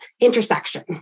intersection